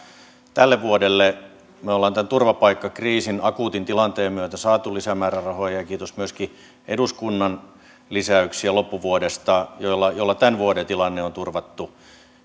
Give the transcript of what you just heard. tälle vuodelle me olemme tämän turvapaikkakriisin akuutin tilanteen myötä saaneet lisämäärärahoja ja kiitos myöskin eduskunnan lisäyksiä loppuvuodesta joilla joilla tämän vuoden tilanne on turvattu